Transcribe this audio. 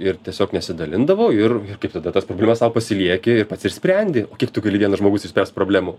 ir tiesiog nesidalindavau ir kaip tada tas problemas sau pasilieki ir pats ir sprendi o kiek tu gali vienas žmogus išspręst problemų